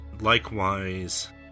Likewise